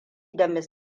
da